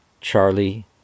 Charlie